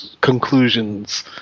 conclusions